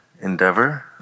endeavor